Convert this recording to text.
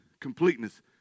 Completeness